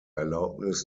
erlaubnis